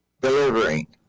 Delivery